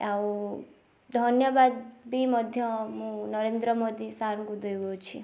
ଆଉ ଧନ୍ୟବାଦ ବି ମଧ୍ୟ ମୁଁ ନରେନ୍ଦ୍ର ମୋଦି ସାରଙ୍କୁ ଦେଉଅଛି